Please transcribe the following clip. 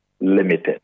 Limited